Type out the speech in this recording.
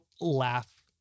laugh